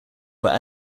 were